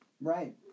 Right